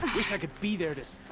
i could be there to